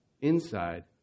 inside